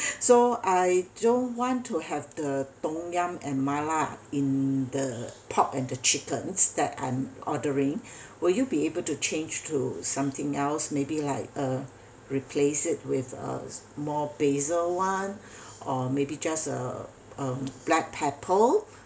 so I don't want to have the tom yum and mala in the pork and the chickens that I'm ordering will you be able to change to something else maybe like uh replace it with a more basil one or maybe just uh um black pepper